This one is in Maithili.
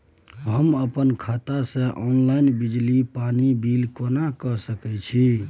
हम अपन खाता से ऑनलाइन बिजली पानी बिल केना के सकै छी?